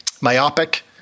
myopic